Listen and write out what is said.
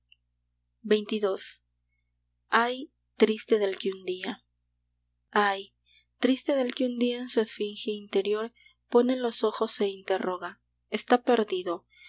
xxii ay triste del que un día ay triste del que un día en su esfinge interior pone los ojos e interroga está perdido